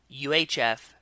UHF